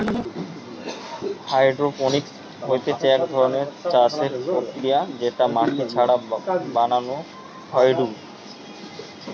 hydroponics হতিছে এক ধরণের চাষের প্রক্রিয়া যেটা মাটি ছাড়া বানানো হয়ঢু